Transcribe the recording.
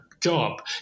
job